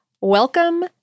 welcome